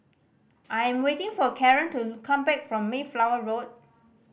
I'm waiting for Caren to come back from Mayflower Road